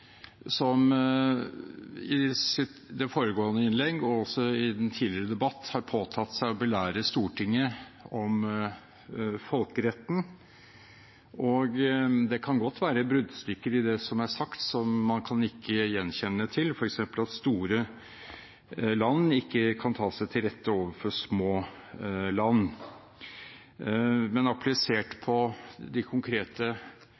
som i sitt foregående innlegg – og også i en tidligere debatt – har påtatt seg å belære Stortinget om folkeretten. Det kan godt være bruddstykker i det som er sagt, som man kan nikke gjenkjennende til, f.eks. at store land ikke kan ta seg til rette overfor små land, men applisert på de konkrete